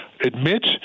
admit